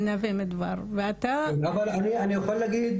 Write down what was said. נווה מדבר, ואתה --- אבל אני יכול להגיד